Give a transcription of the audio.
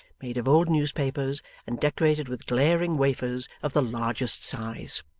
made of old newspapers and decorated with glaring wafers of the largest size.